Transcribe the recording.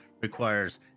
requires